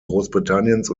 großbritanniens